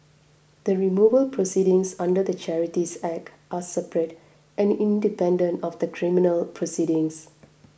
the removal proceedings under the Charities Act are separate and independent of the criminal proceedings